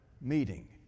meeting